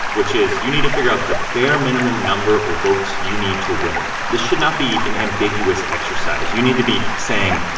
which is you need to figure out the bare minimum number of votes you need to win. this should not be an ambiguous exercise. you need to be saying,